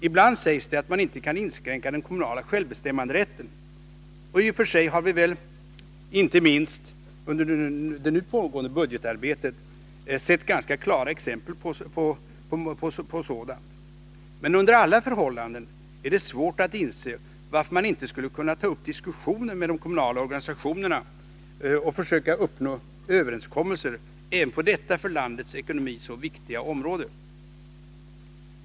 Ibland sägs det att man inte kan inskränka den kommunala självbestämmanderätten. Men i och för sig har vi väl, inte minst under det nu pågående budgetarbetet, sett ganska klara exempel på sådant. Under alla förhållanden är det svårt att inse varför man inte skulle kunna ta upp diskussioner med de kommunala organisationerna och försöka uppnå överenskommelser även på detta för landets ekonomi så viktiga område.